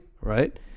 right